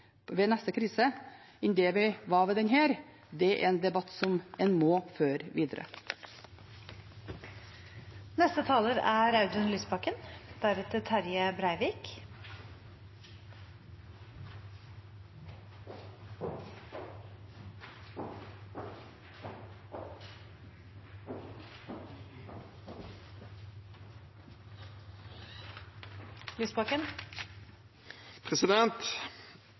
ved neste krise enn vi var ved denne. Det er en debatt som en må føre videre. Det aller viktigste kommisjonen peker på, er